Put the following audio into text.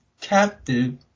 captive